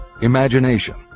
Imagination